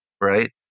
right